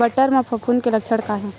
बटर म फफूंद के लक्षण का हे?